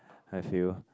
I feel